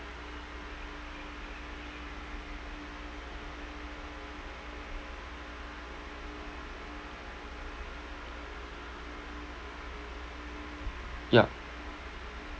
ya